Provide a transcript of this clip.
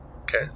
Okay